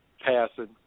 passing